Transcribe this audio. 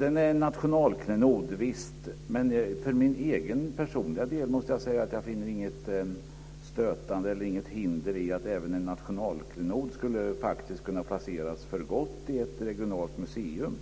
Visst är den en nationalklenod, men för min egen personliga del måste jag säga att jag inte finner något stötande i eller något hinder för att även en nationalklenod för gott skulle kunna placeras i ett regionalt museum.